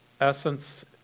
essence